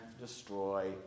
destroy